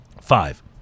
five